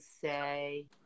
say